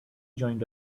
joined